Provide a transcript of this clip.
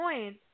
point